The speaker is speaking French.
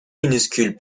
minuscules